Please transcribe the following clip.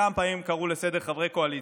כמה פעמים קראו לסדר חברי קואליציה,